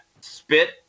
spit